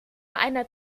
einer